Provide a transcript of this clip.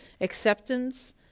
Acceptance